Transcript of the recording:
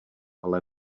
ale